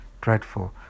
dreadful